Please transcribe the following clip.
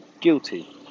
guilty